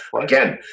again